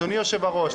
אדוני יושב-הראש,